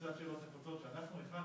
קצת שאלות נפוצות שאנחנו הכנו,